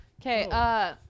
Okay